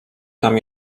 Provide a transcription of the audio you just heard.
tam